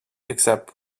except